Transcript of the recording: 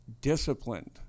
disciplined